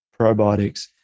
probiotics